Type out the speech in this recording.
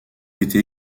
était